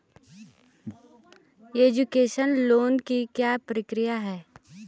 Education loan की क्या प्रक्रिया है?